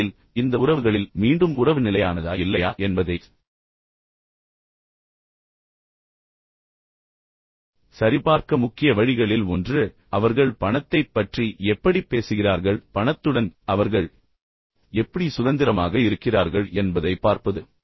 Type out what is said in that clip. உண்மையில் இந்த உறவுகளில் மீண்டும் உறவு நிலையானதா இல்லையா என்பதைச் சரிபார்க்க முக்கிய வழிகளில் ஒன்று அவர்கள் பணத்தைப் பற்றி எப்படிப் பேசுகிறார்கள் பணத்துடன் அவர்கள் எப்படி சுதந்திரமாக இருக்கிறார்கள் என்பதைப் பார்ப்பது